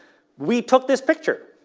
we took this picture